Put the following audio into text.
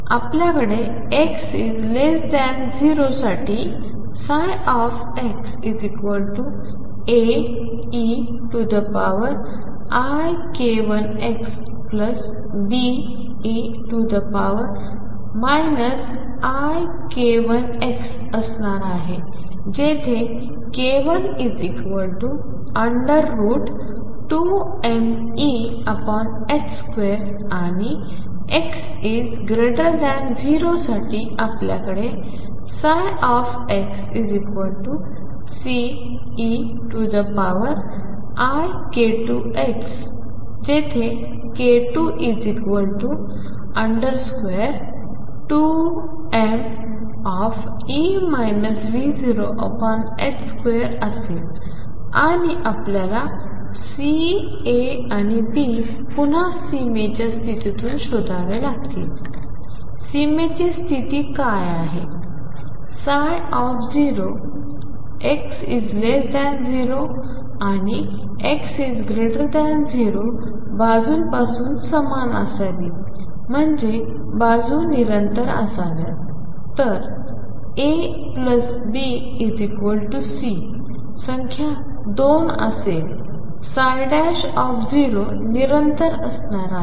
तर आपल्याकडे x0 साठी xAeik1xBe ik1x असणार आहे जेथेk12mE2 आणि x0 साठी आपल्याकडे xCeik2x जिथे k22m2 असेल आणि आपल्याला C A आणि B पुन्हा सीमेच्या स्थितीतून शोधावे लागतील सीमेची स्थिती काय आहे ψ x0 आणि x0 बाजूंपासून समान असावी म्हणजे बाजू निरंतर असाव्यात तर AB C संख्या 2 असेल निरंतर असणार आहे